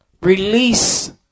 release